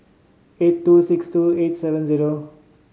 eight two six two eight seven zero